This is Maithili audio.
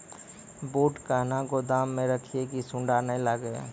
बूट कहना गोदाम मे रखिए की सुंडा नए लागे?